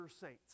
saints